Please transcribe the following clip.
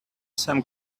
some